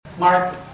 Mark